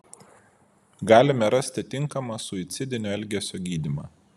galime rasti tinkamą suicidinio elgesio gydymą